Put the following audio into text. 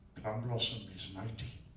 blossom is mighty.